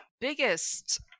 biggest